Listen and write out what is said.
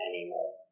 anymore